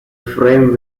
framed